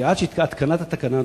כי עד שהותקנה התקנה,